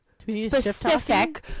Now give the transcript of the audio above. specific